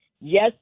Yes